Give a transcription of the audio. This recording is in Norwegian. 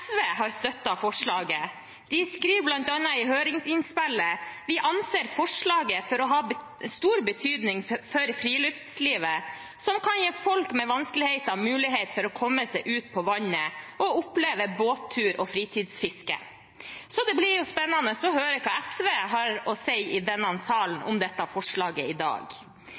SV har støttet forslaget. De skriver bl.a. i høringsinnspillet: «Vi anser forslaget for å ha stor betydning for friluftslivet, som kan gi folk med vanskeligheter muligheter for å komme seg ut på vannet og oppleve båttur og fritidsfiske.» Så det blir jo spennende å høre hva SV i denne salen har å si om dette forslaget i dag.